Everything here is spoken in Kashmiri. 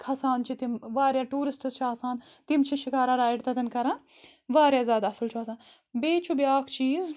کھَسان چھِ تِم واریاہ ٹوٗرِسٹس چھِ آسان تِم چھِ شِکارا رایڈ تَتؠن کَران واریاہ زیاد اَصل چھُ آسان بِییہِ چھُ بیاکھ چیٖز